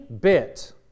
bit